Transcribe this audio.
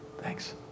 Thanks